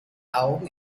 augen